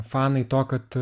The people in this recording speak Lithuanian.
fanai to kad